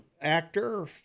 actor